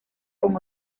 con